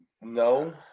No